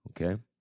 Okay